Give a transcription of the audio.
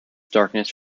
darkness